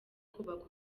kubaka